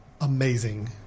amazing